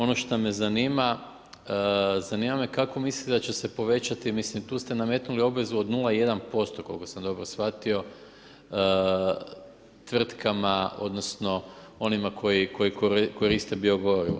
Ono što me zanima, zanima me kako mislite da će se povećati, mislim, tu ste nametnu obvezu od 0,1% koliko sam dobro shvatio, tvrtkama odnosno onima koji koriste bio gorivo.